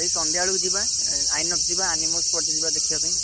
ସେଇ ସନ୍ଧ୍ୟା ବେଳକୁ ଯିବା ଆଇନକ୍ସ ଯିବା ଆନିମଲ୍ସ୍ ପଡ଼ିଛି ଯିବା ଦେଖିବା ପାଇଁ